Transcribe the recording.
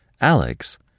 Alex